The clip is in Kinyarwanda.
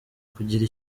kugira